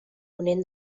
ponent